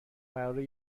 قراره